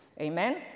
amen